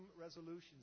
resolutions